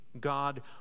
God